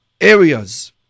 areas